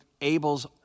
Abel's